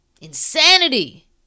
insanity